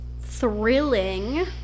Thrilling